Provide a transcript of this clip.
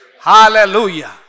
Hallelujah